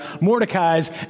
Mordecai's